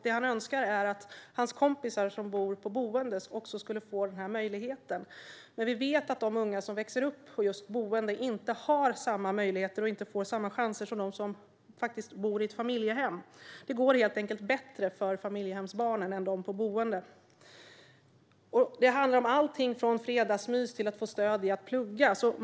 Det han önskar är att hans kompisar som bor i boenden också ska få den möjligheten. Vi vet att de unga som växer upp i boenden inte har samma möjligheter och inte får samma chanser som de som bor i familjehem. Det går helt enkelt bättre för familjehemsbarnen än för dem i boenden. Det handlar om allt från fredagsmys till att få stöd i att plugga.